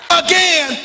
again